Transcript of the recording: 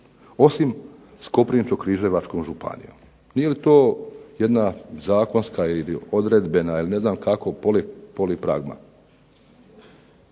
osim s Koprivničko-križevačkom županijom. Nije li to jedna zakonska ili odredbena ili ne znam kako polipragma?